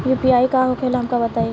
UPI का होखेला हमका बताई?